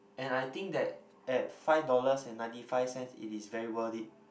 and I think that at five dollars and ninety five cents it is very worth it